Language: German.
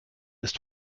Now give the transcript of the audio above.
ist